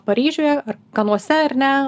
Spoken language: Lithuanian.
paryžiuje ar kanuose ar ne